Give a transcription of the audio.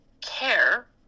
care